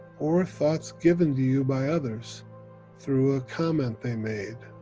or thoughts given to you by others through a comment they made,